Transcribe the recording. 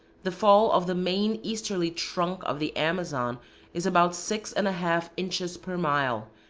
the fall of the main easterly trunk of the amazon is about six and a half inches per mile,